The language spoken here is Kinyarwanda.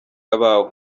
abawe